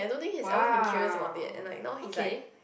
!wow! okay